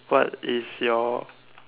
what is your